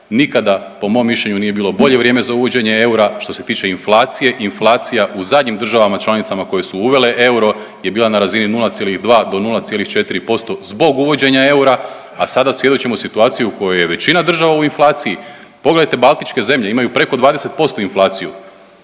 nikada po mom mišljenju nije bilo bolje vrijeme za uvođenje eura. Što se tiče inflacije, inflacija u zadnjim državama članicama koje su uvele euro je bila na razini 0,2 do 0,4% zbog uvođenja eura, a sada svjedočimo situaciju u kojoj je većina država u inflaciji. Pogledajte baltičke zemlje imaju preko 20% inflaciju.